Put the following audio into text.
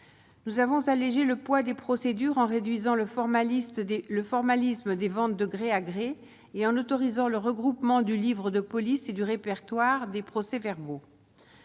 nous avons allégé le poids des procédures en réduisant le formaliste dès le formalisme des ventes de gré à gré et en autorisant le regroupement du livre de police et du répertoire des procès-verbaux,